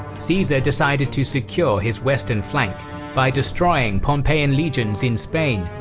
caesar decided to secure his western flank by destroying pompeian legions in spain,